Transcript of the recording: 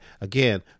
again